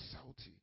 salty